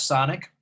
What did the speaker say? Sonic